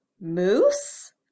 Moose